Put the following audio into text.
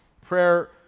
prayer